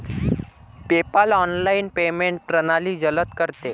PayPal online payment प्रणाली जलद करते